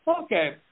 Okay